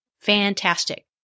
Fantastic